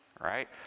right